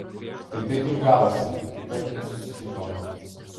tai taip ir gavosi kad nesusitikom